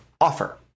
offer